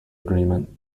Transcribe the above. agreement